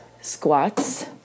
squats